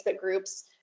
groups